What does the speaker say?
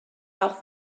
auch